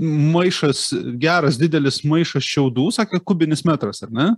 maišas geras didelis maišas šiaudų sakė kubinis metras ar ne